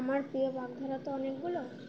আমার প্রিয় বাগধারা তো অনেকগুলো